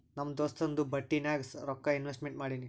ನಮ್ ದೋಸ್ತುಂದು ಬಟ್ಟಿ ನಾಗ್ ರೊಕ್ಕಾ ಇನ್ವೆಸ್ಟ್ಮೆಂಟ್ ಮಾಡಿನಿ